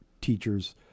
teachers